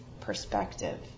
perspective